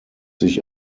sich